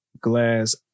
Glass